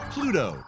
Pluto